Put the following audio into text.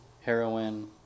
Heroin